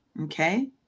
Okay